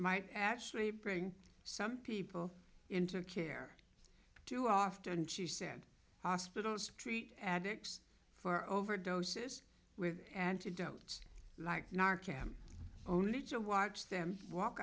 might actually bring some people into care too often she said hospitals treat addicts for overdoses with antidotes like narc him only to watch them walk